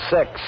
Six